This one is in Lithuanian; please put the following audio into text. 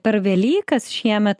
per velykas šiemet